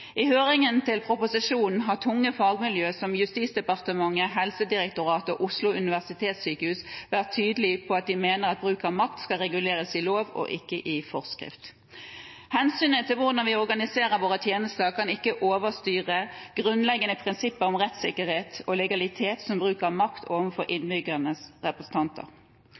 I høringen til proposisjonen har tunge fagmiljø som Justisdepartementet, Helsedirektoratet og Oslo universitetssykehus vært tydelige på at de mener bruk av makt skal reguleres i lov, og ikke i forskrift. Hensynet til hvordan vi organiserer våre tjenester kan ikke overstyre grunnleggende prinsipper om rettsikkerhet og legalitet som bruk av makt overfor